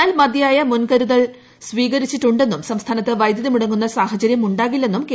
എന്നാൽ മതിയായ മുൻകരുതലുകൾ സ്വീകരിച്ചിട്ടുണ്ടെന്നും സംസ്ഥാനത്ത് വൈദ്യുതി മുടങ്ങുന്ന സാഹചര്യം ഉണ്ടാകില്ലെന്നും കെ